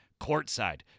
courtside